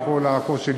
עם כל הקושי,